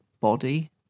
body